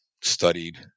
studied